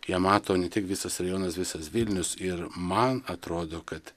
ją mato ne tik visas rajonas visas vilnius ir man atrodo kad